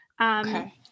Okay